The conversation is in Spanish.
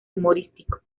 humorístico